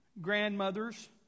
grandmothers